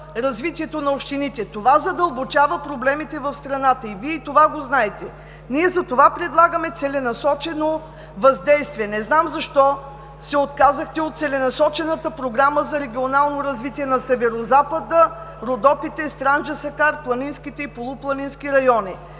развитието на общините. Това задълбочава проблемите в страната, Вие и го знаете. Ние затова предлагаме целенасочено въздействие. Не знам защо се отказахте от Целенасочената програма за регионално развитие на Северозапада, Родопите, Странджа-Сакар, планинските и полупланински райони?!